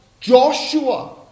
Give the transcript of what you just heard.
Joshua